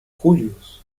julius